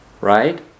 Right